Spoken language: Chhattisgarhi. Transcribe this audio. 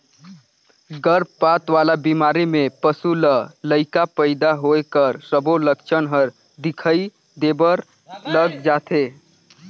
गरभपात वाला बेमारी में पसू ल लइका पइदा होए कर सबो लक्छन हर दिखई देबर लग जाथे